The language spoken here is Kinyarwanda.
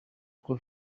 uko